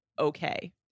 okay